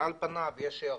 כמובן שנצטרך לתקן כמה דברים,